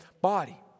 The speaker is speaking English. body